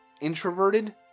introverted